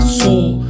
soul